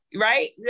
right